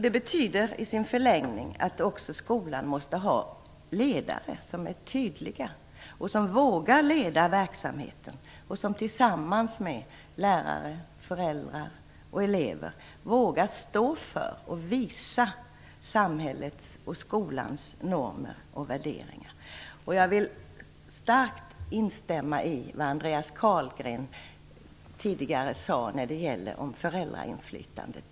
Det betyder i sin förlängning att också skolan måste ha ledare som är tydliga och som vågar leda verksamheten och tillsammans med lärare, föräldrar och elever vågar stå för och visa samhällets och skolans normer och värderingar. Jag vill starkt instämma i vad Andreas Carlgren tidigare sade om föräldrainflytandet.